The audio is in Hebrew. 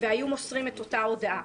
והיו מוסרים את אותה הודעה.